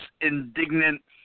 indignant